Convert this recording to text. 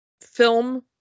film